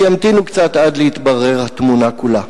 שימתינו קצת עד שתתברר התמונה כולה.